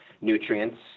nutrients